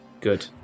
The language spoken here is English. good